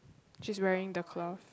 she's wearing the cloth